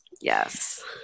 Yes